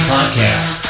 Podcast